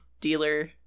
dealer